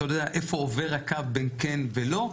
אתה יודע איפה עובר הקו בין כן ולא,